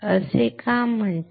असे का म्हणतात